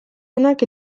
onak